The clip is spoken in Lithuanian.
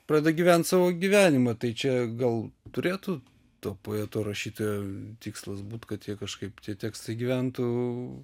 pradeda gyvent savo gyvenimą tai čia gal turėtų to poeto rašytojo tikslas būt kad tie kažkaip tie tekstai gyventų